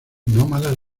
nómadas